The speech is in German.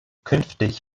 künftig